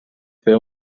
fer